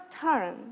turn